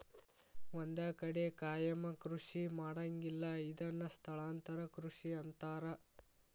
ಒಂದ ಕಡೆ ಕಾಯಮ ಕೃಷಿ ಮಾಡಂಗಿಲ್ಲಾ ಇದನ್ನ ಸ್ಥಳಾಂತರ ಕೃಷಿ ಅಂತಾರ